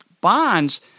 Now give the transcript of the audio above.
bonds